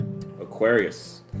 Aquarius